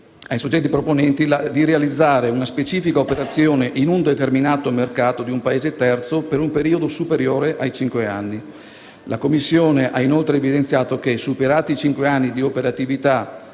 ai soggetti proponenti di realizzare una specifica operazione in un determinato mercato di un Paese terzo per un periodo superiore ai cinque anni. La Commissione ha inoltre evidenziato che, superati i cinque anni di operatività